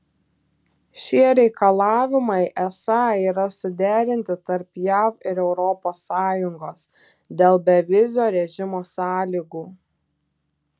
šie reikalavimai esą yra suderinti tarp jav ir europos sąjungos dėl bevizio režimo sąlygų